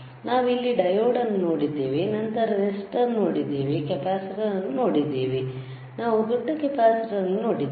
ನಾವು ಇಲ್ಲಿ ಡಯೋಡ್ ಅನ್ನು ನೋಡಿದ್ದೇವೆ ನಂತರ ರೆಸಿಸ್ಟರ್ ಅನ್ನು ನೋಡಿದ್ದೇವೆ ಕೆಪಾಸಿಟರ್ ಅನ್ನು ನೋಡಿದ್ದೇವೆ ನಾವು ದೊಡ್ಡ ಕೆಪಾಸಿಟರ್ ಅನ್ನು ನೋಡಿದ್ದೇವೆ